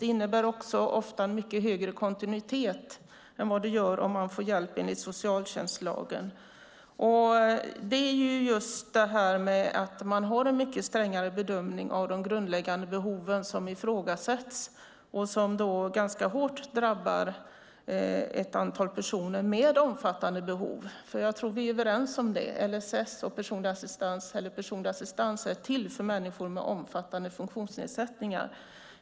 Det innebär också ofta en mycket högre kontinuitet än vad det gör om man får hjälp enligt socialtjänstlagen. Det är just att man har en mycket strängare bedömning av de grundläggande behoven som ifrågasätts, för det drabbar ett antal personer med omfattande behov ganska hårt. Jag tror nämligen att vi är överens om att LSS och personlig assistans är till för människor med omfattande funktionsnedsättningar.